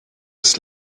des